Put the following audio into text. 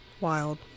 wild